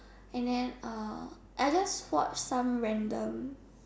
and then uh I just watch some random